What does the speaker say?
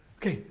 okay,